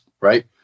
right